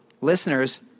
listeners